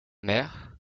mère